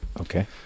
Okay